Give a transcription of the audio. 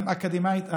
גם אקדמית.